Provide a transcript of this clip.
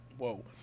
Whoa